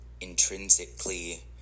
intrinsically